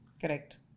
Correct